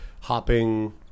hopping